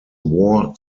war